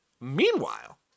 Meanwhile